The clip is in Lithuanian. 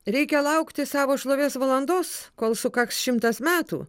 reikia laukti savo šlovės valandos kol sukaks šimtas metų